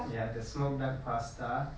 ya the smoked duck pasta